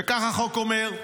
וכך החוק אומר: